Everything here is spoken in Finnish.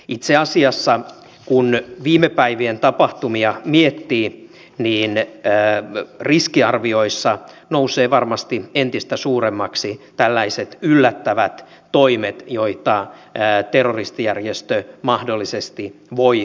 itse asiassa kun viime päivien tapahtumia miettii riskiarvioissa nousevat varmasti entistä suuremmiksi tällaiset yllättävät toimet joita terroristijärjestö mahdollisesti voi tehdä